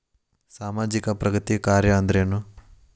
ಸಾಮಾಜಿಕ ಪ್ರಗತಿ ಕಾರ್ಯಾ ಅಂದ್ರೇನು?